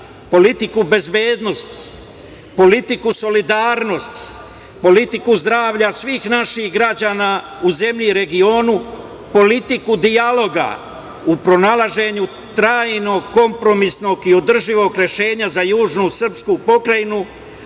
politiku bezbednosti, politiku solidarnosti, politiku zdravlja svih naših građana u zemlji i regionu, politiku dijaloga u pronalaženju trajnog kompromisnog i održivog rešenja za južnu srpsku pokrajinu,